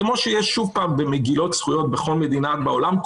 כמו שיש במגילות זכויות בכל מדינה בעולם,